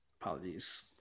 Apologies